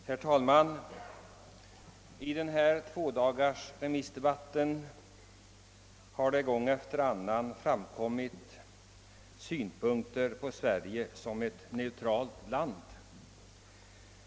Herr talman! Under de två dagar denna allmänpolitiska debatt pågått har det gång efter annan framförts synpunkter på Sverige som neutralt land.